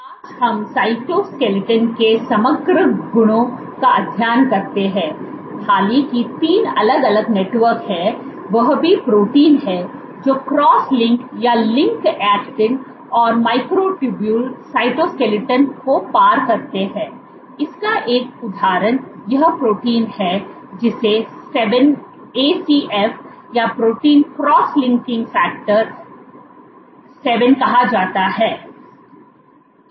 आज हम साइटोस्केलेटन के समग्र गुणों का अध्ययन करते हैं हालांकि 3 अलग अलग नेटवर्क हैं वह भी प्रोटीन हैं जो क्रॉस लिंक या लिंक ऐक्टिन और माइक्रोटुबुल साइटोस्केलेटन को पार करते हैं इसका एक उदाहरण यह प्रोटीन है जिसे एसीएफ 7 या ऐक्टिन क्रॉस लिंकिंग फैक्टर 7 कहा जाता है